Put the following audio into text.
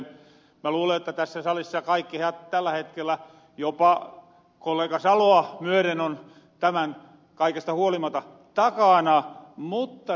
mä luulen että tässä salissa kaikki tällä hetkellä jopa kollega saloa myören ovat kaikesta huolimata tämän takana